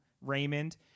Raymond